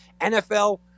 NFL